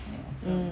mm